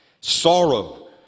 sorrow